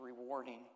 rewarding